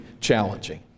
challenging